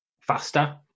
faster